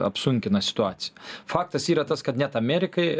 apsunkina situaciją faktas yra tas kad net amerikai